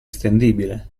estendibile